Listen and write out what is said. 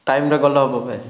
ଟାଇମରେ ଗଲେ ହେବ ଭାଇ